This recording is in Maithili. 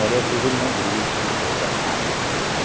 आओर एक दू दिनमे बिजली ठीक होइ कऽ आही जैतै